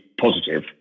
positive